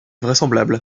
vraisemblable